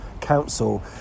council